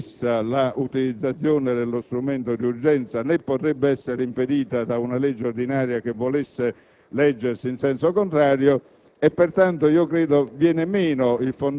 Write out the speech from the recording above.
che in questo caso è ammessa l'utilizzazione dello strumento di urgenza, né potrebbe essere impedita da una legge ordinaria che volesse leggersi in senso contrario.